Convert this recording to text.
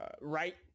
right